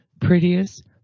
prettiest